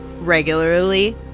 regularly